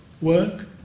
work